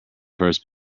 first